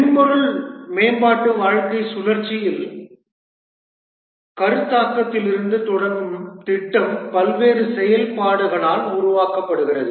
மென்பொருள் மேம்பாட்டு வாழ்க்கைச் சுழற்சியில் கருத்தாக்கத்திலிருந்து தொடங்கும் திட்டம் பல்வேறு செயல்பாடுகளால் உருவாக்கப்படுகிறது